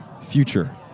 Future